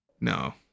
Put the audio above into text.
No